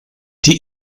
die